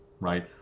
right